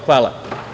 Hvala.